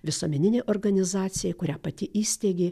visuomeninei organizacijai kurią pati įsteigė